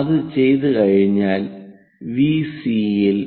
അത് ചെയ്തുകഴിഞ്ഞാൽ വിസി യിൽ